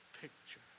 picture